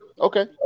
Okay